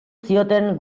zioten